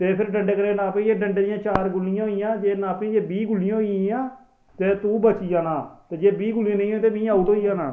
ते फिर डंडे कन्नै नापियै डंडे दियां चार गुल्लियां होई गेइया जेकर बीह् गुल्लियां होई गेइयां ते तूं बची जाना ते जेकर बीह् गुल्लियां नेईं होइयां ते तुसें आउट होई जाना